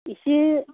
एसे